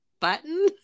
Button